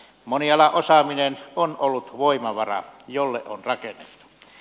monialaosaaminen on ollut voimavara jolle on rakennettu